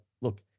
look